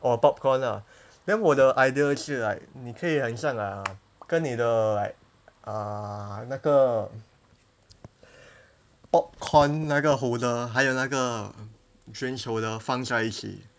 or popcorn ah then 我的 idea 是 like 你可以很像 uh 跟你的 like uh 那个 popcorn 那个 holder 还要那个 drinks holder 放在一起